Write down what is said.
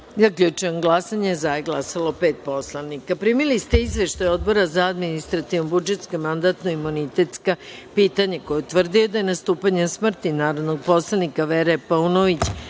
predlog. Zaključujem glasanje: za – pet poslanika. Primili ste izveštaje Odbora za administrativno-budžetska i mandatno-imunitetska pitanja koji je utvrdio da je nastupanjem smrti narodnog poslanika, Vere Paunović,